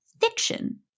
fiction